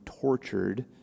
tortured